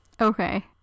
Okay